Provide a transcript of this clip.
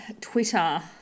Twitter